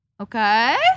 Okay